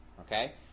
Okay